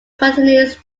continues